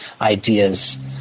ideas